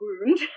wound